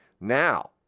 Now